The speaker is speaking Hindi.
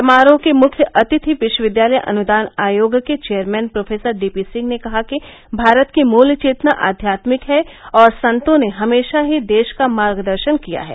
समारोह के मुख्य अतिथि विश्वविद्यालय अनुदान आयोग के चेयरमैन प्रोफेसर डीपी सिंह ने कहा कि भारत की मुल चेतना आध्यात्मिक है और संतों ने हमेशा ही देश का मार्गदर्शन किया है